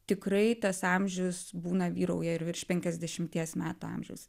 tikrai tas amžius būna vyrauja ir virš penkiasdešimties metų amžiaus